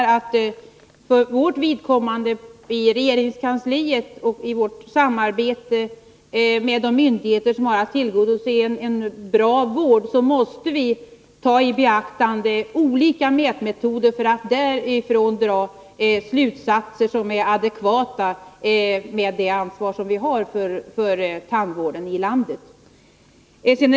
I vårt samarbete med de myndigheter som har att tillgodose en bra vård måste vi i regeringskansliet med det ansvar vi har för tandvården i landet använda olika mätmetoder för att få ett underlag för att dra adekvata slutsatser.